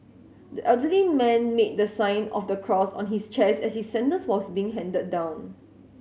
the elderly man made the sign of the cross on his chest as his sentence was being handed down